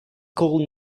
could